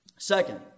Second